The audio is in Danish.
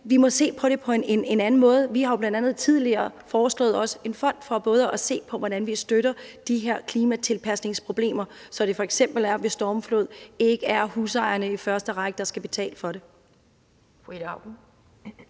Vi må se på det på en anden måde. Vi har jo bl.a. også tidligere foreslået en fond for at se på, hvordan vi støtter i forbindelse med de her klimatilpasningsproblemer, så det f.eks. ved stormflod ikke er husejerne i første række, der skal betale for det.